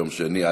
ביום שני,